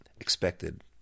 expected